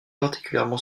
particulièrement